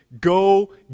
go